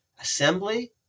Assembly